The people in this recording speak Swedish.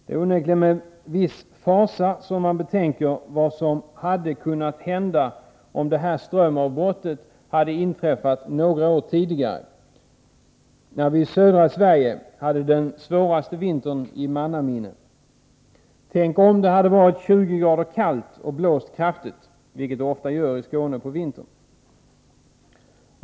Det är onekligen med viss fasa som man betänker vad som hade kunnat hända om detta strömavbrott hade inträffat några år tidigare, när vi i södra Sverige hade den svåraste vintern i mannaminne. Tänk om det hade varit 20 grader kallt och det hade blåst kraftigt, vilket det ofta gör i Skåne på vintern.